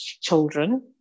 children